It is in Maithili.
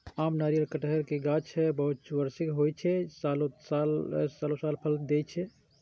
आम, नारियल, कहटर के गाछ बहुवार्षिक होइ छै, जे सालों साल फल दै छै